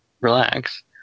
relax